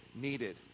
needed